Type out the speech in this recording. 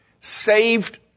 saved